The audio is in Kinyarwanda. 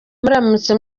muramutse